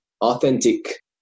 authentic